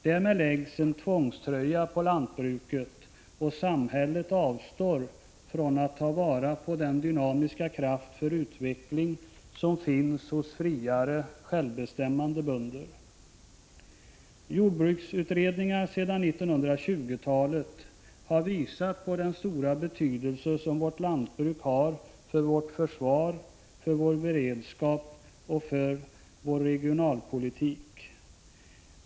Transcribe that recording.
Därmed läggs en tvångströja på lantbruket, och samhället avstår från att ta vara på den dynamiska kraft för utveckling som finns hos friare, självbestämmande bönder. Jordbruksutredningar sedan 1920-talet har visat på den stora betydelse som vårt lantbruk har för vårt försvar, för vår beredskap och för vår regionalpolitik.